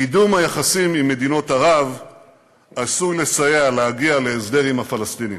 קידום היחסים עם מדינות ערב עשוי לסייע להגיע להסדר עם הפלסטינים,